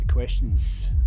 questions